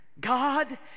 God